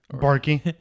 Barky